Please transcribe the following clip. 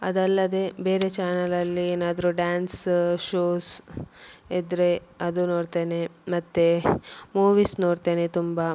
ಅದಲ್ಲದೆ ಬೇರೆ ಚಾನಲಲ್ಲಿ ಏನಾದರು ಡ್ಯಾನ್ಸ ಶೋಸ್ ಇದ್ದರೆ ಅದು ನೋಡ್ತೇನೆ ಮತ್ತು ಮೂವೀಸ್ ನೋಡ್ತೇನೆ ತುಂಬ